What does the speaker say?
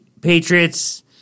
Patriots